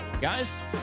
Guys